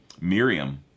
Miriam